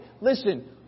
listen